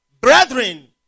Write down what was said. brethren